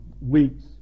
weeks